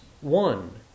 one